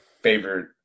favorite